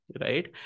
right